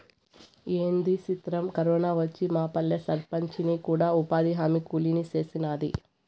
ఏంది సిత్రం, కరోనా వచ్చి మాపల్లె సర్పంచిని కూడా ఉపాధిహామీ కూలీని సేసినాది